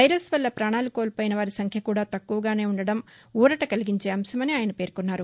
virus వల్ల ప్రాణాలు కోల్పోయిన వారి సంఖ్య కూడా తక్కువగానే ఉండడం ఊరట కల్గించే అంశమని ఆయన పేర్కొన్నారు